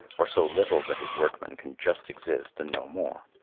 or so little that his workmen can just exist and no more.